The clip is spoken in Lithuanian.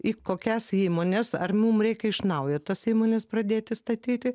į kokias įmones ar mum reikia iš naujo tas įmones pradėti statyti